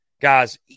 guys